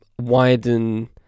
widen